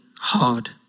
hard